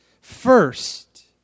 first